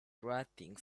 grating